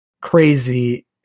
crazy